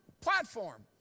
platform